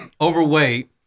overweight